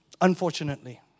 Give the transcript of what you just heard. unfortunately